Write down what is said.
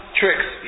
tricks